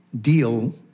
deal